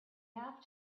have